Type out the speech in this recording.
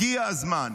הגיע הזמן.